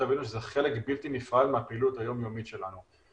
שתבינו שזה חלק בלתי נפרד מהפעילות היום יומית שלנו.